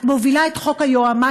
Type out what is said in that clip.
את מובילה את חוק היועמ"שים,